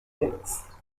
books